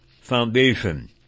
Foundation